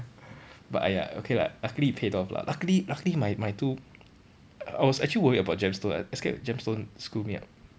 but !aiya! okay [what] luckily it paid off lah luckily luckily my my two I was actually worried about gemstone I I scared gemstone screw me up